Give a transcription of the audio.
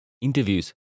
interviews